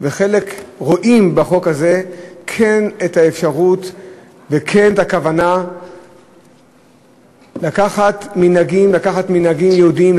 וחלק כן רואים בחוק הזה את האפשרות ואת הכוונה לקחת מנהגים יהודיים,